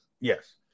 Yes